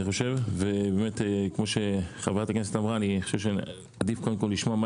כמו שאמרה חברת הכנסת אני חושב שנשמע מה